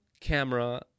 camera